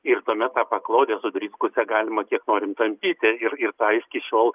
ir tuomet tą paklodę sudriskusią galima kiek norim tampyti ir ir tą jis iki šiol